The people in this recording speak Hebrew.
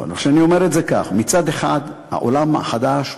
נכון, אני אומר את זה כך: מצד אחד, העולם החדש,